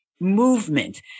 movement